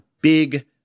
big